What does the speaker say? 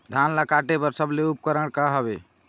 धान ला काटे बर सबले सुघ्घर उपकरण का हवए?